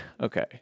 okay